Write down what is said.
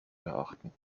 beachten